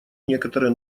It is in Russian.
некоторые